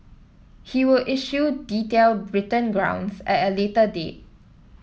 he will issue detailed written grounds at a later date